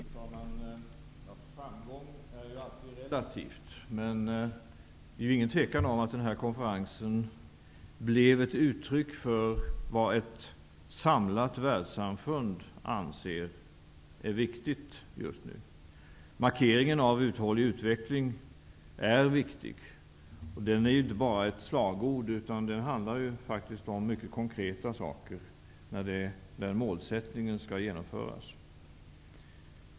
Fru talman! Framgång är ju alltid något relativt. Men det råder inget tvivel om att den här konferensen blev ett uttryck för vad ett samlat världssamfund anser vara viktigt just nu. Markeringen av en uthållig utveckling är viktig. Det rör sig inte bara om ett slagord, utan det handlar faktiskt om mycket konkreta saker när målsättningen skall genomföras.